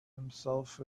himself